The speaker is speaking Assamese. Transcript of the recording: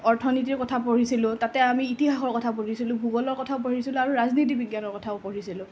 অৰ্থনীতিৰ কথা পঢ়িছিলোঁ তাতে আমি ইতিহাসৰ কথা পঢ়িছিলোঁ ভূগোলৰ কথাও পঢ়িছিলোঁ আৰু ৰাজনীতি বিজ্ঞানৰ কথাও পঢ়িছিলোঁ